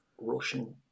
Russian